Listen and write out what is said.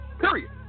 Period